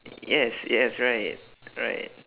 yes yes right right